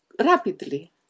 rapidly